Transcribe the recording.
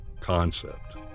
concept